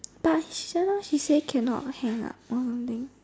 but just now she say cannot hang up or something